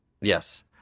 Yes